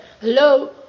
Hello